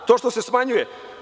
To što se smanjuje.